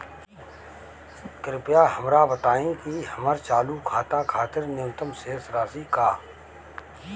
कृपया हमरा बताइं कि हमर चालू खाता खातिर न्यूनतम शेष राशि का ह